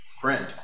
friend